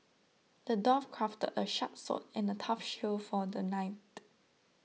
the dwarf crafted a sharp sword and a tough shield for the knight